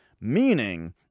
Meaning